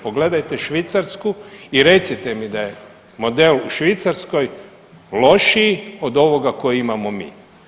Pogledajte Švicarsku i recite mi da je model u Švicarskoj lošiji od ovoga koji imamo mi.